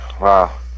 Wow